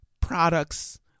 products